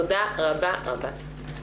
תודה רבה רבה.